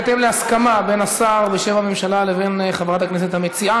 בהתאם להסכמה בין השר בשם הממשלה לבין חברת הכנסת המציעה,